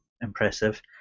impressive